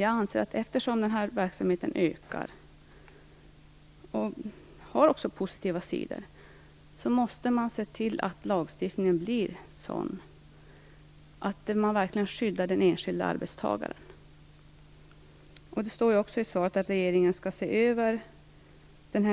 Jag anser att eftersom den här verksamheten ökar - och den har också positiva sidor - måste man se till lagstiftningen blir sådan att man verkligen skyddar den enskilde arbetstagaren. Det står också i svaret att regeringen skall se över